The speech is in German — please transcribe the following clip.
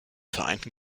vereinten